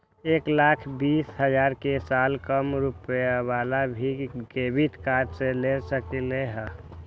एक लाख बीस हजार के साल कम रुपयावाला भी क्रेडिट कार्ड ले सकली ह?